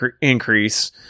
increase